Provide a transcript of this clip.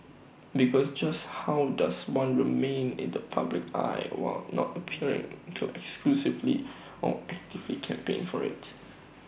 because just how does one remain in the public eye while not appearing to excessively or actively campaign for IT